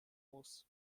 muss